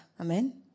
Amen